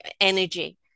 energy